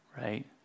right